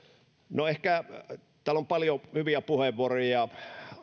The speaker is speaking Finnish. täällä on ollut paljon hyviä puheenvuoroja ja